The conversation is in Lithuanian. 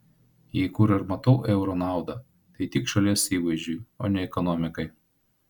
jei kur ir matau euro naudą tai tik šalies įvaizdžiui o ne ekonomikai